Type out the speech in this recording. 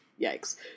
yikes